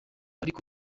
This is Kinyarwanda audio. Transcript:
ariko